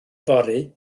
fory